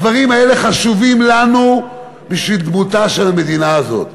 הדברים האלה חשובים לנו בשביל דמותה של המדינה הזאת.